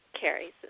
carries